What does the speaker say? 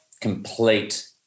complete